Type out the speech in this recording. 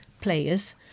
players